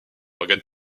organe